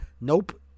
Nope